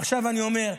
עכשיו אני אומר,